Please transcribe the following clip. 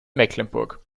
mecklenburg